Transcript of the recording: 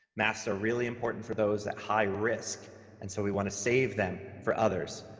masks are really important for those at high risk and so we want to save them for others.